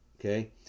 okay